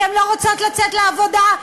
כי הן לא רוצות לצאת לעבודה,